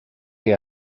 que